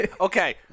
okay